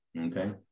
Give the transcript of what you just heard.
Okay